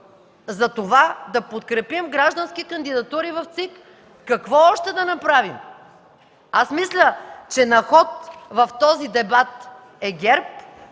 решимост да подкрепим граждански кандидатури в ЦИК. Какво още да направим?! Мисля, че на ход в този дебат е ГЕРБ,